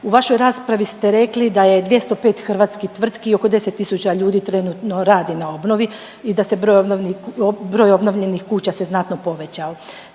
U vašoj raspravi ste rekli da je 205 hrvatskih tvrtki oko 10.000 ljudi trenutno radi na obnovi i da se broj obnovljenih kuća se znatno povećao.